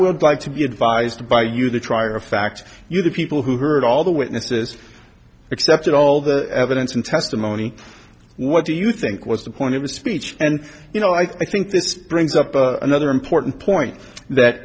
would like to be advised by you the trier of fact you the people who heard all the witnesses accepted all the evidence and testimony what do you think was the point of a speech and you know i think this brings up a another important point that